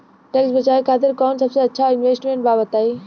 Tax बचावे खातिर कऊन सबसे अच्छा इन्वेस्टमेंट बा बताई?